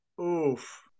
oof